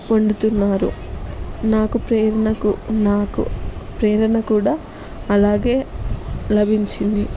వండుతున్నారు నాకు ప్రేరణకు నాకు ప్రేరణ కూడా అలాగే లభించింది